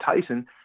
Tyson